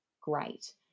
great